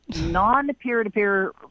non-peer-to-peer